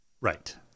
Right